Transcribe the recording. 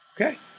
Okay